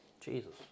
Jesus